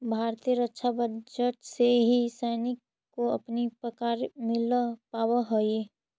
भारतीय रक्षा बजट से ही सैनिकों को अपनी पगार मिल पावा हई